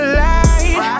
light